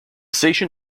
station